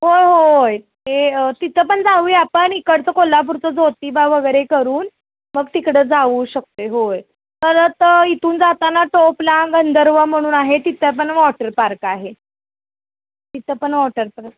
होय हो य ते तिथं पण जाऊया पण इकडचं कोल्हापूरचं ज्योतिबा वगैरे करून मग तिकडं जाऊ शकतो आहे होय परत इथून जाताना टोपला गंधर्व म्हणून आहे तिथे पण वॉटर पार्क आहे तिथं पण वॉटर पार्क